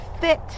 fit